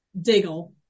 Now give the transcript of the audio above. Diggle